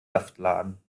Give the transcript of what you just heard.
saftladen